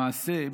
למעשה,